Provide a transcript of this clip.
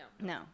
No